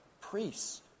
priests